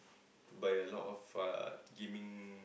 by a lot of far gaming